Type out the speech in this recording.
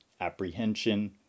apprehension